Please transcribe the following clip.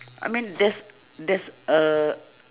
I mean there's there's a